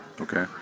Okay